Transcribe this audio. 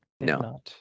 no